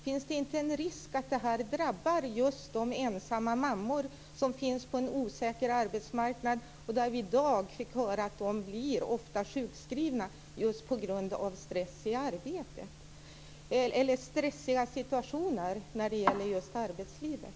Finns det inte en risk att det här drabbar just de ensamma mammor som finns på en osäker arbetsmarknad och som vi i dag fick höra ofta blir sjukskrivna just på grund av stressiga situationer när det gäller arbetslivet?